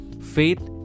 Faith